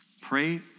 Pray